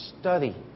study